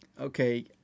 okay